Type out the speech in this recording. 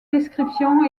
descriptions